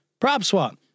PropSwap